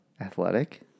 Athletic